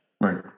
right